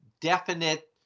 definite